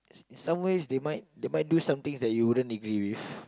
some way they might they might do somethings that you wouldn't agree with